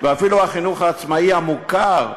ואפילו החינוך העצמאי המוכר,